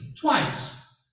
twice